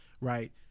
right